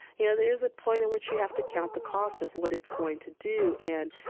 you know, there is a point in which you have to count the cost of what it's going to do and,